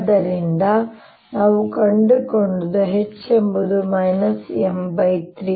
ಆದ್ದರಿಂದ ನಾವು ಕಂಡುಕೊಂಡದ್ದು H ಎಂಬುದು M 3 ಆಗಿದೆ